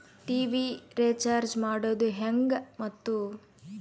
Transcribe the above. TV recharge ಮಾಡೋದು ಹೆಂಗ ಮತ್ತು?